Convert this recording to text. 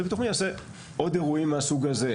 לביטוח לאומי יעשה עוד אירועים מהסוג הזה.